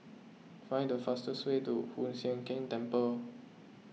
find the fastest way to Hoon Sian Keng Temple